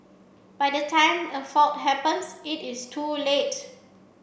by the time a fault happens it is too late